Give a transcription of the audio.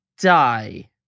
die